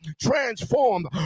transformed